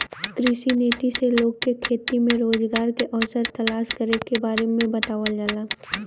कृषि नीति से लोग के खेती में रोजगार के अवसर तलाश करे के बारे में बतावल जाला